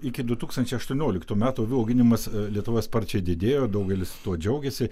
iki du tūkstančiai aštuonioliktų metų avių auginimas lietuvoj sparčiai didėjo daugelis tuo džiaugėsi